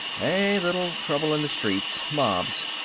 a little trouble in the streets. mobs.